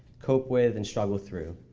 cope with and struggle through.